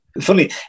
funny